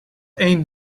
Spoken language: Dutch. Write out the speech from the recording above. één